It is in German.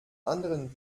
anderen